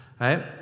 Right